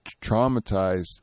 traumatized